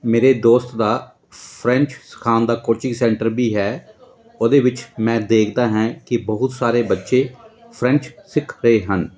ਮੇਰੇ ਦੋਸਤ ਦਾ ਫਰੈਂਚ ਸਿਖਾਉਣ ਦਾ ਕੋਚਿੰਗ ਸੈਂਟਰ ਵੀ ਹੈ ਉਹਦੇ ਵਿੱਚ ਮੈਂ ਦੇਖਦਾ ਹੈ ਕਿ ਬਹੁਤ ਸਾਰੇ ਬੱਚੇ ਫਰੈਂਚ ਸਿੱਖ ਰਹੇ ਹਨ